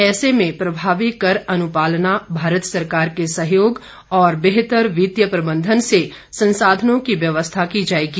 ऐसे में प्रभावी कर अनुपालना भारत सरकार के सहयोग और बेहतर वित्तीय प्रबंधन से संसाधनों की व्यवस्था की जाएगी